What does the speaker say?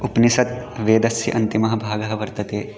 उपनिषत् वेदस्य अन्तिमः भागः वर्तते